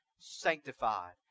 sanctified